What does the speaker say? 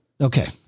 Okay